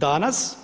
Danas